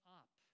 up